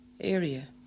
area